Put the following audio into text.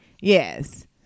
yes